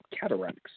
cataracts